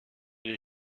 des